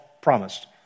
promised